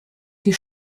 die